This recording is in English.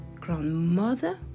Grandmother